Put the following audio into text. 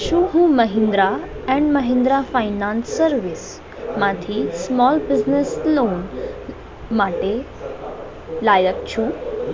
શું હું Mahindra and Mahindra finance સર્વિસમાંથી સ્મોલ બિઝનેસ લોન માટે લાયક છું